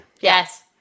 Yes